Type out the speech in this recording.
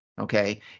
Okay